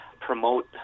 promote